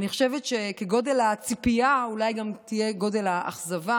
אני חושבת שכגודל הציפייה אולי גם תהיה גודל האכזבה,